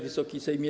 Wysoki Sejmie!